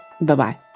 Bye-bye